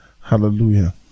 Hallelujah